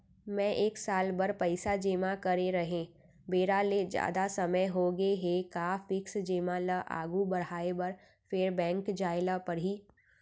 मैं एक साल बर पइसा जेमा करे रहेंव, बेरा ले जादा समय होगे हे का फिक्स जेमा ल आगू बढ़ाये बर फेर बैंक जाय ल परहि?